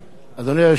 אדוני היושב-ראש,